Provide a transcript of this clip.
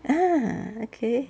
ah okay